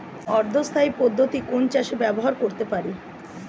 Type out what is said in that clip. অর্ধ স্থায়ী পদ্ধতি কোন চাষে ব্যবহার করতে পারি?